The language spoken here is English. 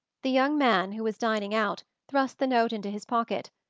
the young man, who was dining out, thrust the note into his pocket,